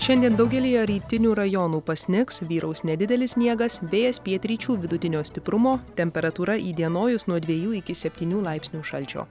šiandien daugelyje rytinių rajonų pasnigs vyraus nedidelis sniegas vėjas pietryčių vidutinio stiprumo temperatūra įdienojus nuo dviejų iki septynių laipsnių šalčio